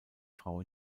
frau